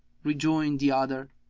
rejoined the other,